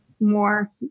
more